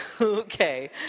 Okay